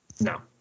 No